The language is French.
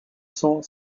cent